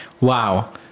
Wow